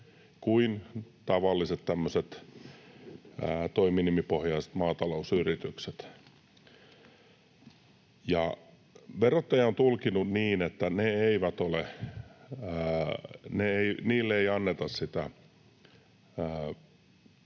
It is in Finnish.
tavalliset toiminimipohjaiset maatalousyritykset. Verottaja on tulkinnut niin, että niille ei anneta sitä maatalouden